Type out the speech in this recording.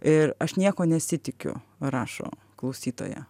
ir aš nieko nesitikiu rašo klausytoja